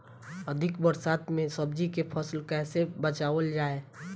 अधिक बरसात में सब्जी के फसल कैसे बचावल जाय?